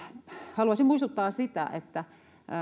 haluaisin muistuttaa että